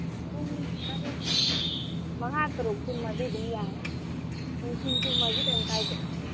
ꯄꯨꯡ ꯇꯔꯨꯛ ꯃꯉꯥ ꯇꯔꯨꯛ ꯇꯨꯝꯃꯗꯤ ꯑꯗꯨꯝ ꯌꯥꯔꯦ ꯅꯨꯡꯊꯤꯟ ꯇꯨꯝꯃꯁꯨ ꯀꯔꯤꯝ ꯀꯥꯏꯗꯦ